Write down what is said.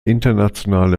internationale